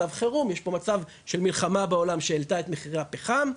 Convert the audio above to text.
מדובר בעשרות אלפי טונות של תחמוצות חנקן